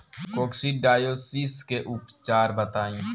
Coccidiosis के उपचार बताई?